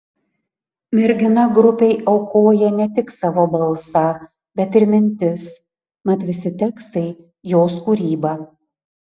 mergina grupei aukoja ne tik savo balsą bet ir mintis mat visi tekstai jos kūryba